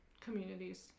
communities